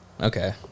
Okay